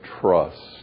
trust